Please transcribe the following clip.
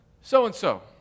so-and-so